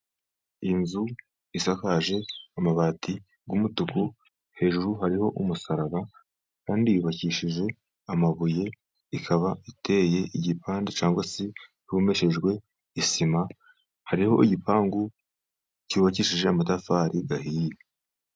Inzu isakaje amabati y'umutuku hejuru hariho umusaraba, kandi yubakishije amabuye ikaba iteye igipande cyangwa se ihomeshejwe isima, hariho igipangu cyubakishije amatafari ahiye.